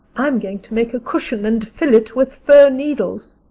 i'm going to make a cushion and fill it with fir needles.